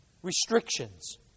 restrictions